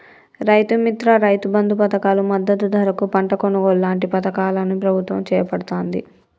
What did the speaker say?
రైతు మిత్ర, రైతు బంధు పధకాలు, మద్దతు ధరకు పంట కొనుగోలు లాంటి పధకాలను ప్రభుత్వం చేపడుతాంది